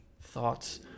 thoughts